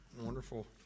wonderful